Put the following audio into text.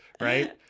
right